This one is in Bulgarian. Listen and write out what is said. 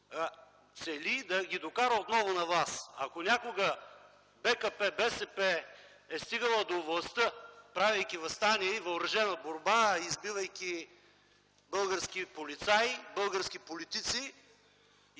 цели да ги докара отново на власт. Ако някога БКП-БСП е стигала до властта, правейки въстание и въоръжена борба, избивайки български полицаи, български политици